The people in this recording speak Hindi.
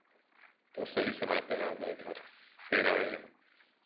तो सही समय पर आ गए घर फिर आए